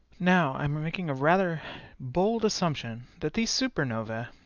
now i'm um making a rather bold assumption, that these supernova,